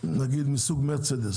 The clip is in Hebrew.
נניח מרצדס,